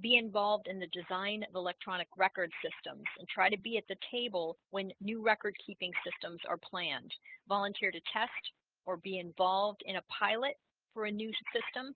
be involved in the design of electronic record system and try to be at the table when new record-keeping systems are planned volunteer to test or be involved in a pilot for a new system